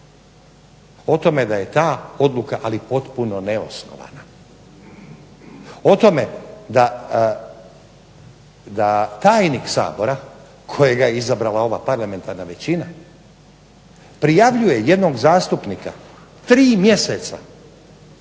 o tome da je ta odluka ali potpuno neosnovana. O tome da tajnik Sabora kojega je izabrala ova parlamentarna većina prijavljuje jednog zastupnika 3 mjeseca